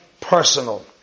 personal